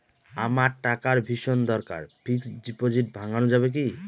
আমার টাকার ভীষণ দরকার ফিক্সট ডিপোজিট ভাঙ্গানো যাবে কি?